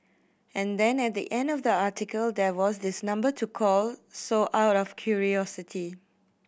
and then at the end of the article there was this number to call so out of curiosity